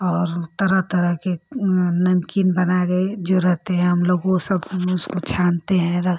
और तरह तरह के नमकीन बना कर जो रखते हैं हम लोग वह सब हम उसको छानते हैं रख